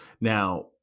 Now